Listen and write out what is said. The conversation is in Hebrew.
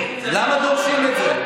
למה דורשים את זה?